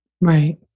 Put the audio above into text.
Right